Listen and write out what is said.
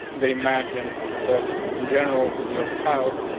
they imagine that in general, with your styles,